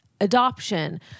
adoption